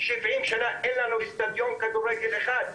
70 שנים אין לנו אצטדיון כדורגל אחד,